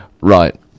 Right